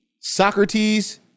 Socrates